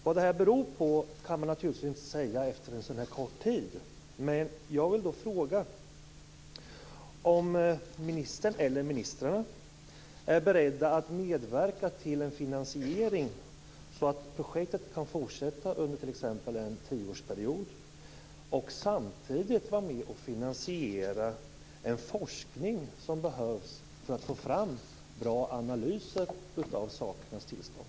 Vad det här beror på kan man naturligtvis inte säga efter så kort tid. Jag vill fråga om ministern, eller ministrarna, är beredda att medverka till en finansiering så att projektet kan fortsätta under t.ex. en tioårsperiod och samtidigt vara med och finansiera den forskning som behövs för att få fram bra analyser av sakernas tillstånd.